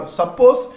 suppose